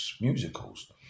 musicals